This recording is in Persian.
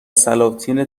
سلاطین